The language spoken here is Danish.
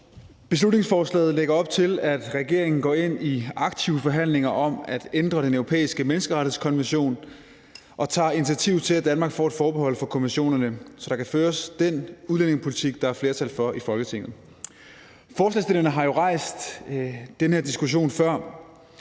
Beslutningsforslaget lægger op til, at regeringen går ind i aktive forhandlinger om at ændre den europæiske menneskerettighedskonvention og tager initiativ til, at Danmark får et forbehold for konventionerne, så der kan føres den udlændingepolitik, der er flertal for i Folketinget. Forslagsstillerne har jo rejst den her diskussion før,